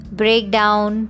breakdown